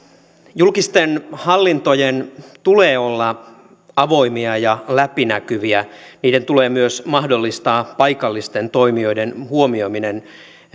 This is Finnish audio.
julkisten hallintojen tulee olla avoimia ja läpinäkyviä niiden tulee myös mahdollistaa paikallisten toimijoiden huomioiminen